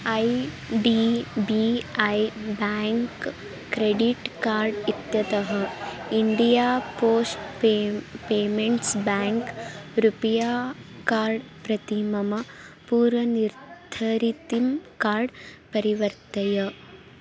I D B I bank credit card इत्यतः India post pay payments bank RuPay card प्रति मम पूर्वनिर्धारितं card परिवर्तय